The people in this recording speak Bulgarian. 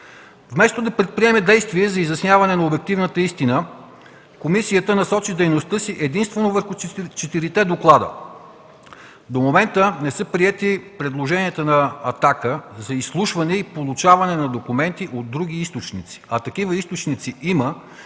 Вместо да предприеме действия за изясняване на обективната истина, комисията насочи дейността си единствено върху четирите доклада. До момента не са приети предложенията на „Атака” за изслушване и проучване на документи от други източници, а такива източници има